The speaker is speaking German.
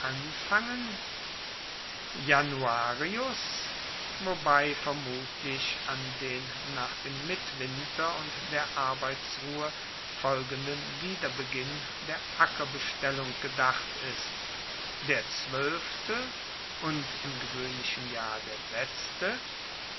anfangen wobei vermutlich an den nach dem mittwinter und der arbeitsruhe folgenden wiederbeginn der ackerbestellung gedacht ist der zwoelfte und im gewoehnlichen jahr der letzte